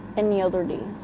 any other day.